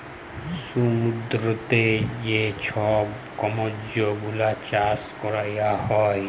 সমুদ্দুরেতে যে ছব কম্বজ গুলা চাষ ক্যরা হ্যয়